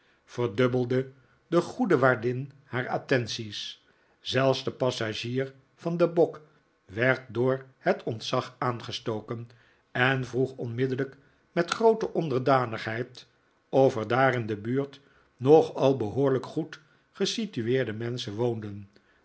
verdubbelde de goede waardin haar attenties zelfs de passagier van den bok werd door het ontzag aangestoken en vroeg onmiddellijk met groote onderdanigheid of er daar in de buurt nogal behoorlijke goed gesitueerde menschen woonden